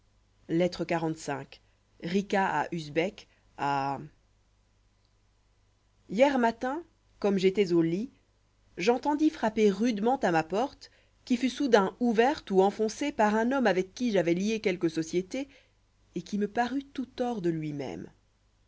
lettre xlv à h ier matin comme j'étois au lit j'entendis frapper rudement à ma porte qui fut soudain ouverte ou enfoncée par un homme avec qui j'avois lié quelque société et qui me parut tout hors de lui-même